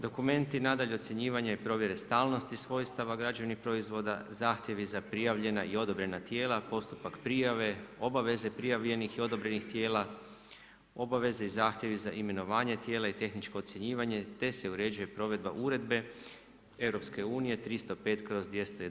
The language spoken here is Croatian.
Dokumenti nadalje ocjenjivanje i provjere stalnosti svojstava građevnih proizvoda, zahtjevi za prijavljena i odobrena tijela, postupak prijave, obaveze prijavljenih i odobrenih tijela, obaveze i zahtjevi za imenovanje tijela i tehničko ocjenjivanje, te se uređuje provedba Uredbe EU 305/